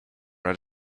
had